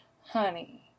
honey